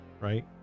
right